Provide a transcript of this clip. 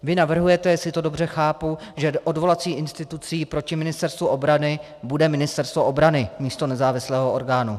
Vy navrhujete, jestli to dobře chápu, že odvolací institucí proti Ministerstvu obrany bude Ministerstvo obrany místo nezávislého orgánu.